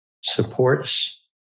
supports